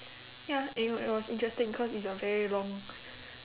ya it was it was interesting cause it's a very long